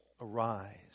arise